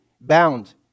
bound